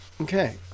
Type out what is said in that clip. Okay